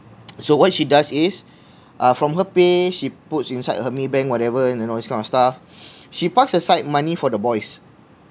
so what she does is uh from her pay she puts inside her Maybank whatever you know all these kind of stuff she parks aside money for the boys